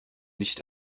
nicht